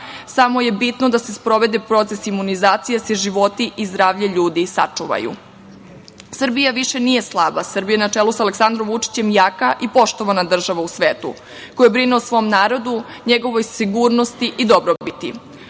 samo je bitno da se sprovede proces imunizacije, da se životi i zdravlje ljudi sačuvaju. Srbija više nije slaba, Srbija je na čelu sa Aleksandrom Vučićem jaka i poštovana država u svetu koja brine o svom narodu, njegovoj sigurnosti i dobrobiti. Ovim